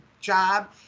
job